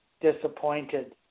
disappointed